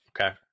Okay